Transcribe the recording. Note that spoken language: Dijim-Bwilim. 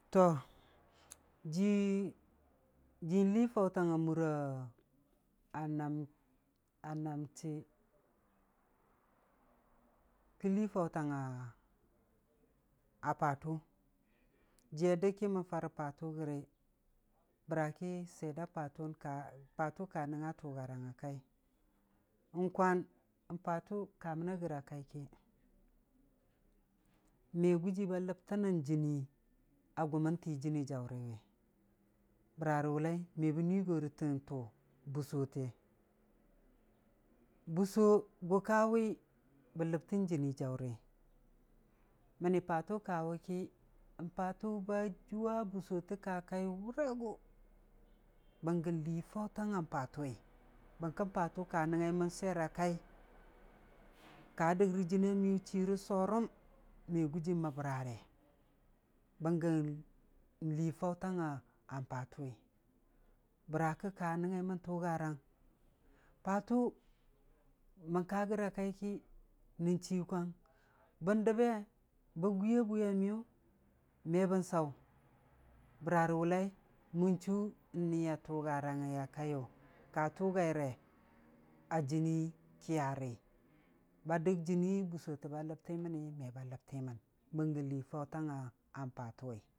Toh jii n'lii faʊtang a mura anam anamti, kən lii faʊtang a ptʊ, jiiya dək ki mən farə patʊ gəri bəra ki swiye da patʊwʊn ka, patʊ ka nəngnga tʊgarang a kai, n'kwan, patʊ kamən gəra, kai ki, me gujii ba ləbtənən jɨnii a gʊ mən tii jɨnii jaʊri wi, bəra rə wʊllai, me bə nuuigorə lən tʊʊ, bussote, busso gʊ kawi bə ləbtən jɨnii jaʊri, məni patʊ kawir ki, n'patʊ ba jʊwa bussota ko kaiyʊ warigʊ, bənggən lii faʊtang a patʊwi, bəngkən patʊ, ka nəngngaimən swiyer a kai, ka dəgrə jɨna miyʊ chiira sorəm me gujii məbra re, bɨnggən wlii faʊtang a patʊwi bəra ka nəngngaimən tʊgarang n'patʊ mən karəga kai ki nəi chii kwang, bən dəbbe, ba gwi a bwiya miyʊ, me bən saʊ, bəra rə wʊllai, mən chuu, n'niya tʊgarang a kaiyʊ a tʊgaire a jɨnii kiyari, ba dəg jɨnii bussota ba ləbtiməni me ba ləbtimən, bənggən lii fəʊtang a patʊwi.